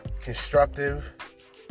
constructive